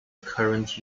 current